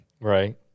Right